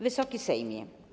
Wysoki Sejmie!